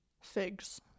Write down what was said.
Figs